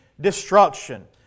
destruction